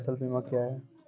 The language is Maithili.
फसल बीमा क्या हैं?